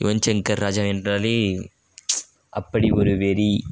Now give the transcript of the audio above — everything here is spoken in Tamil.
யுவன் சங்கர் ராஜா என்றாலே அப்படி ஒரு வெறி